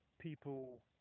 people